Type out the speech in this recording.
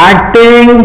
Acting